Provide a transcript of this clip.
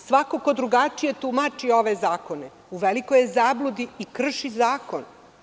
Svako ko drugačije tumači ove zakone u velikoj je zabludi i krši zakon.